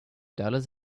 dollars